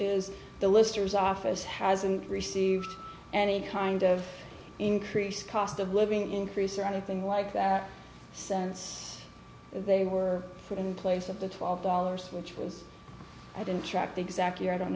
is the listers office hasn't received any kind of increase cost of living increase or anything like that since they were put in place of the twelve dollars which was i didn't